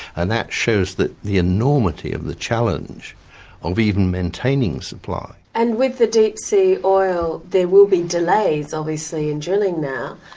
and that shows the enormity of the challenge of even maintaining supply. and with the deep sea oil, there will be delays obviously in drilling now.